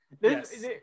Yes